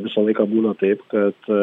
visą laiką būna taip kad